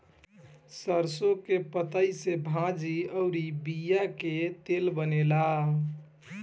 सरसों के पतइ से भाजी अउरी बिया के तेल बनेला